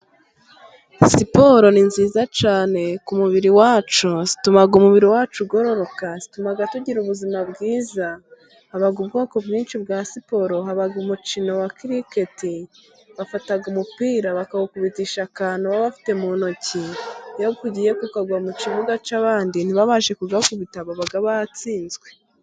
Siporo ni nziza cyane ku mubiri wacu, ituma umubiri wacu ugororoka, ituma tugira ubuzima bwiza haba ubwoko bwinshi bwa siporo, haba umukino wa kiriketi ,bafata umupira bakawukubitisha akantu baba bafite mu ntok, iyo ugiye ukagwa mu kibuga cy'abandi ntibabashe kugakubita, baba batsinzwe.